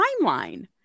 timeline